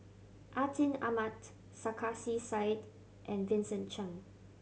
Atin Amat Sarkasi Said and Vincent Cheng